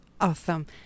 awesome